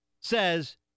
says